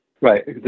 right